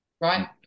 right